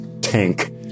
tank